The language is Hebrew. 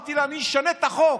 אמרתי לה: אני אשנה את החוק.